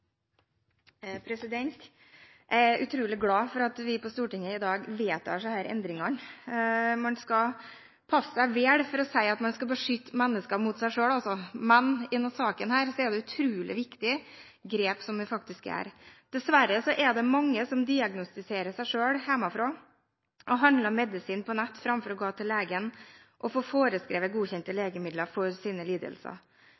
utrolig glad for at vi på Stortinget i dag vedtar disse endringene. Man skal passe seg vel for å si at man skal beskytte mennesker mot seg selv, men i denne saken er det faktisk utrolig viktige grep vi gjør. Dessverre er det mange som diagnostiserer seg selv hjemmefra og handler medisin på nett framfor å gå til legen og få forskrevet godkjente